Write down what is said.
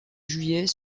juillet